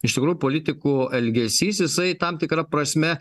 iš tikrųjų politikų elgesys jisai tam tikra prasme